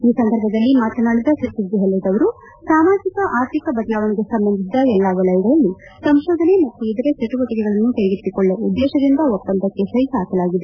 ಈ ಸಂದರ್ಭದಲ್ಲಿ ಮಾತನಾಡಿದ ಸಚಿವ ಗೆಹ್ಲೋಟ್ ಅವರು ಸಾಮಾಜಿಕ ಆರ್ಥಿಕ ಬದಲಾವಣೆಗೆ ಸಂಬಂಧಿಸಿದ ಎಲ್ಲಾ ವಲಯಗಳಲ್ಲಿ ಸಂಶೋಧನೆ ಮತ್ತು ಇತರೆ ಚಟುವಟಕೆಗಳನ್ನು ಕೈಗೆತ್ತಿಕೊಳ್ಳುವ ಉದ್ದೇಶದೊಂದಿಗೆ ಒಪ್ಪಂದಕ್ಕೆ ಸಹಿ ಹಾಕಲಾಗಿದೆ